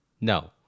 No